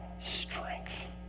strength